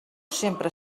sempre